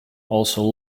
also